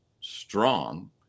strong